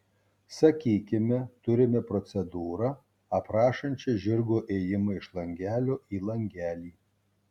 sakykime turime procedūrą aprašančią žirgo ėjimą iš langelio į langelį